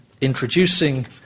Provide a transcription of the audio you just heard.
introducing